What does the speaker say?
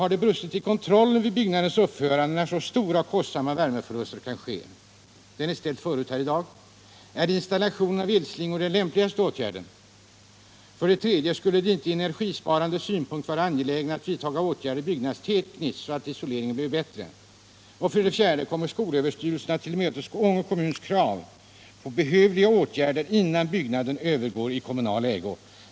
Har det brustit i kontrollen vid byggnadens uppförande, eftersom så stora och kostsamma värmeförluster kan ske? — Den frågan är ställd förut här i dag. 2. Är installationen av elslingor den lämpligaste åtgärden? 3. Skulle det inte — från energisparandesynpunkt — vara mer angeläget att sådana byggnadstekniska åtgärder vidtas att isoleringen blir bättre? 4. Kommer skolöverstyrelsen att tillmötesgå Ånge kommuns krav på behövliga åtgärder innan byggnaden övergår i kommunal ägo?